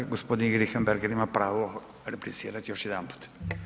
Gospodin Richembergh ima pravo replicirati još jedanput.